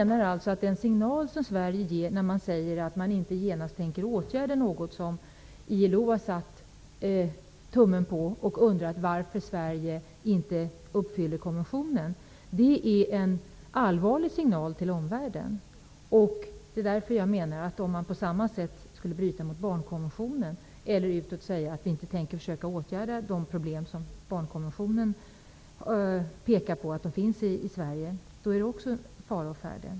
När man i Sverige säger att man inte genast tänker åtgärda det som ILO satt tummen på och där ILO undrat varför Sverige inte uppfyller intentionerna i konventionen, är det en allvarlig signal till omvärlden. Om vi på samma sätt skulle bryta mot barnkonventionen och säga att vi inte tänker åtgärda de problem som enligt barnkonventionen finns i Sverige, är det också fara å färde.